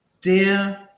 Dear